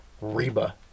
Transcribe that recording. Reba